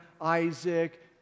Isaac